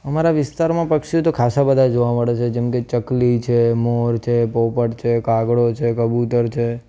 અમારા વિસ્તારમાં પક્ષીઓ તો ખાસા બધાં જોવા મળે છે જેમ કે ચકલી છે મોર છે પોપટ છે કાગડો છે કબૂતર છે